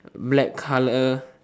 black colour